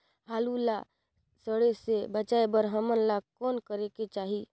आलू ला सड़े से बचाये बर हमन ला कौन करेके चाही?